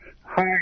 Hi